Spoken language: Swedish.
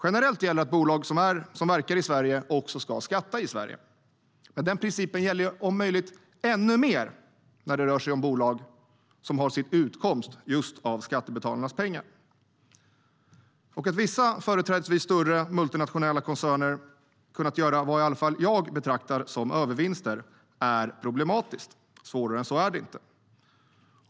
Generellt gäller att bolag som verkar i Sverige också ska skatta i Sverige. Men den principen gäller om möjligt ännu mer när det rör sig om bolag som har sin utkomst just av skattebetalarnas pengar. Att vissa, företrädesvis större, multinationella koncerner kunnat göra vad i alla fall jag betraktar som övervinster är problematiskt. Svårare än så är det inte.